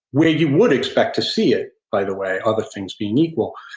where you would expect to see it, by the way, other things being equal,